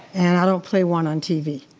and i don't play one on tv